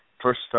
first